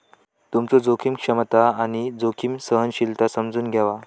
तुमचो जोखीम क्षमता आणि जोखीम सहनशीलता समजून घ्यावा